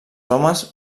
homes